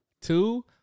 two